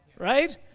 Right